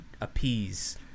appease